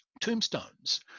tombstones